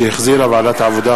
שהחזירה ועדת העבודה,